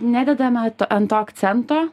nededame ant to akcento